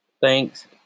thanks